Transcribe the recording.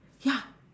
ya